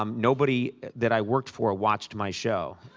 um nobody that i worked for watched my show.